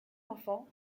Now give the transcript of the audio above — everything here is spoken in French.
enfants